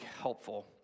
helpful